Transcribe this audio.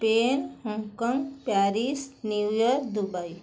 Spain Hong Kong Paris New York Dubai